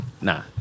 Nah